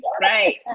right